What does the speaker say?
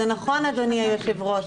זה נכון אדוני היושב ראש,